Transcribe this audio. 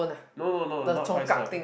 no no no not five stone